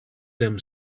them